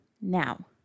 Now